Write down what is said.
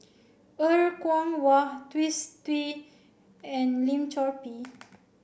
Er Kwong Wah Twisstii and Lim Chor Pee